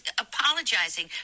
apologizing